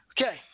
Okay